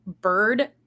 bird